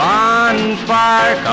Bonfire